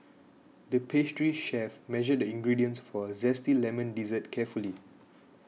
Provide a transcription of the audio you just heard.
the pastry chef measured the ingredients for a Zesty Lemon Dessert carefully